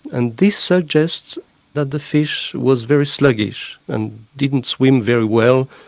and this suggests that the fish was very sluggish and didn't swim very well.